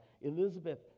elizabeth